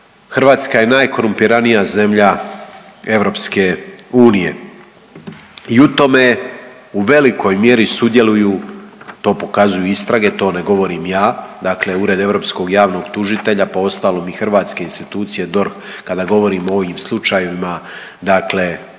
Hrvatska je najkorumpiranija zemlja EU. I u tome u velikoj mjeri sudjeluju, to pokazuju istrage to ne govorim ja, dakle Ured europskog javnog tužitelja pa uostalom i hrvatske institucije DORH kada govorimo o ovim slučajevima dakle